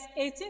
18